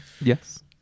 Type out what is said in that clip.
Yes